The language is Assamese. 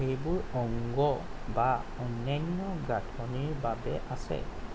সেইবোৰ অংগ বা অন্যান্য গাঁথনিৰ বাবে আছে